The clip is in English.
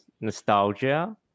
nostalgia